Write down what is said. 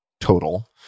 total